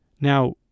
Now